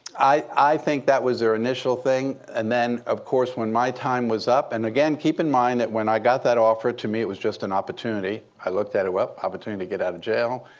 i i think that was their initial thing. and then, of course, when my time was up and again, keep in mind that when i got that offer, to me, it was just an opportunity. i looked at it, well, opportunity to get out of jail.